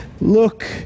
Look